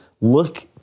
look